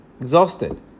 exhausted